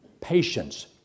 Patience